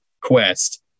quest